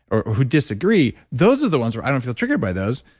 or who disagree, those are the ones where i don't feel triggered by those.